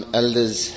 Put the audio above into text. elders